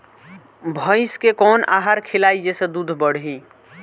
भइस के कवन आहार खिलाई जेसे दूध बढ़ी?